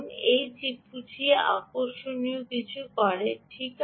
এই চিপটি আকর্ষণীয় কিছু করে ঠিক আছে